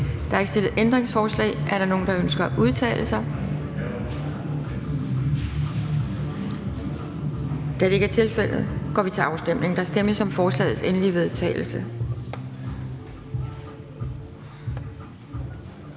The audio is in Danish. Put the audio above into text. Der er ikke stillet ændringsforslag. Er der nogen, der ønsker at udtale sig? Da det ikke er tilfældet, går vi til afstemning. Kl. 12:22 Afstemning Anden